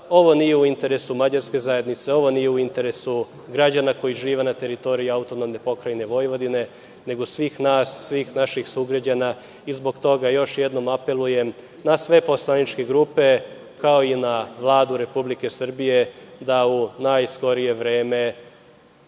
Ovo nije u interesu Mađarske zajednice, ovo nije u interesu građana koji žive na teritoriji AP Vojvodine, nego svih naših sugrađana. Zbog toga još jednom apelujem na sve poslaničke grupe, kao i na Vladu Republike Srbije da u najskorije vreme